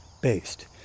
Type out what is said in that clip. based